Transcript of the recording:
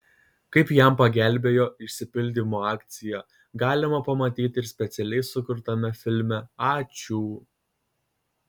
kaip jam pagelbėjo išsipildymo akcija galima pamatyti ir specialiai sukurtame filme ačiū